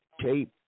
tape